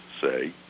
say